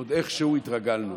עוד איכשהו התרגלנו.